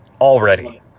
Already